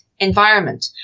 Environment